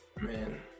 Man